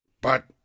But